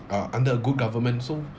uh under a good government so